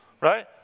right